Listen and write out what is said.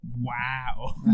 Wow